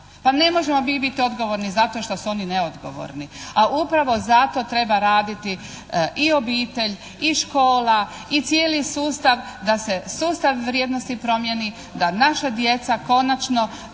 Pa ne možemo mi biti odgovorni zato što su oni neodgovorni! A upravo zato treba raditi i obitelj i škola i cijeli sustav da se sustav vrijednosti promjeni, da naša djeca konačno